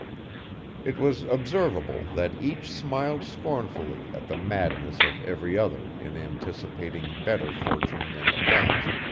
it was observable that each smiled scornfully at the madness of every other in anticipating better fortune than the past,